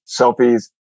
selfies